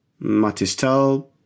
Matistel